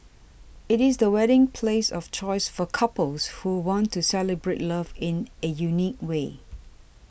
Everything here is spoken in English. it is the wedding place of choice for couples who want to celebrate love in a unique way